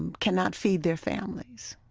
and cannot feed their families,